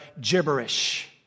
gibberish